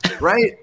Right